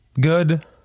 good